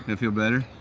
feel better